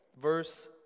verse